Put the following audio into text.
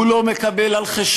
הוא לא מקבל על חשבון,